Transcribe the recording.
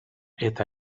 eta